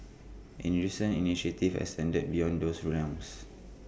A recent initiative has extended beyond those realms